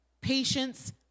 patience